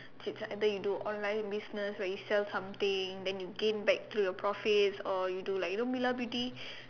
tips and then you do online business when you sell something then you gain back to your profits or you do like you know Mila beauty